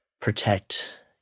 protect